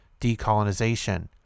decolonization